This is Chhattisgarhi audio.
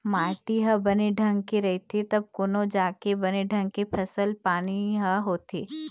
माटी ह बने ढंग के रहिथे तब कोनो जाके बने ढंग के फसल पानी ह होथे